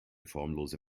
formlose